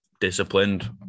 disciplined